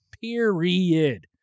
Period